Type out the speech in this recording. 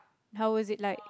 how was it like